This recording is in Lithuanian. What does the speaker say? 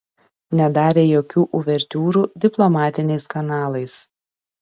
nedarė jokių uvertiūrų diplomatiniais kanalais